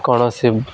କୌଣସି